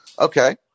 Okay